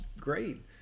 great